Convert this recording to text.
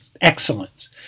excellence